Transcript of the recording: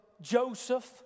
Joseph